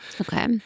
Okay